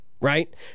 Right